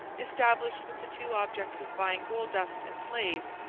established with the two objects of buying gold-dust and slaves,